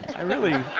i really